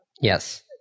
Yes